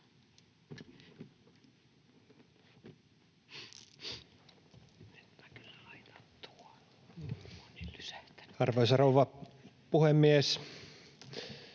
Arvoisa rouva puhemies!